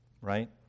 right